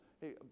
Hey